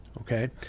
Okay